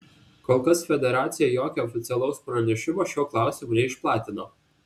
kol kas federacija jokio oficialaus pranešimo šiuo klausimu neišplatino